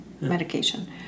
medication